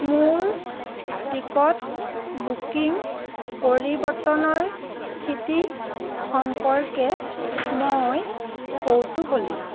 মোৰ ticket booking পৰিৱৰ্তনৰ স্থিতি সম্পৰ্কে মই কৌতূহলী